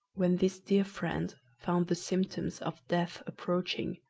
when this dear friend found the symptoms of death approaching,